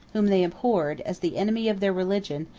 whom they abhorred, as the enemy of their religion,